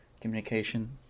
communication